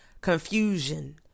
confusion